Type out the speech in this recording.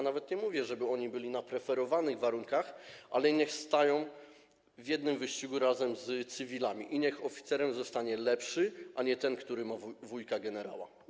Nawet nie mówię, żeby oni byli na preferowanych warunkach, ale niech stają w jednym wyścigu razem z cywilami i niech oficerem zostanie lepszy, a nie ten, który ma wujka generała.